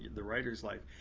the writer's life,